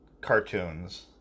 cartoons